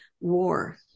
war